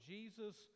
Jesus